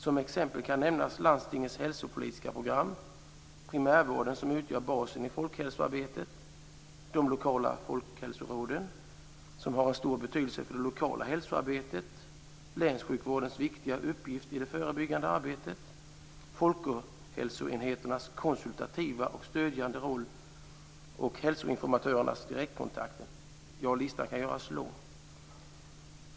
Som exempel kan nämnas landstingens hälsopolitiska program, primärvården - som utgör basen i folkhälsoarbetet - de lokala folkhälsoråden, som har stor betydelse för det lokala hälsoarbetet, länssjukvårdens viktiga uppgifter i det förebyggande arbetet, folkhälsoenheternas konsultativa och stödjande roll och hälsoinformatörernas direktkontakter. Listan kan göras lång.